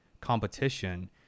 competition